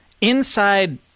inside